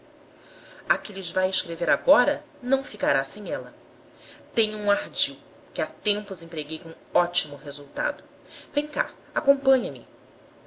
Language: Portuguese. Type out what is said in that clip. que lhes vai escrever agora não ficará sem ela tenho um ardil que há tempos empreguei com ótimo resultado vem cá acompanha me